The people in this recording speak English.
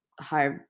high